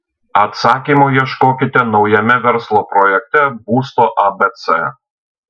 atsakymo ieškokite naujame verslo projekte būsto abc